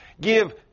give